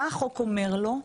מה החוק אומר לו?